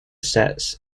sets